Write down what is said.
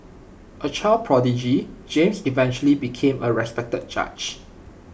A child prodigy James eventually became A respected judge